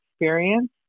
experience